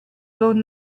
phone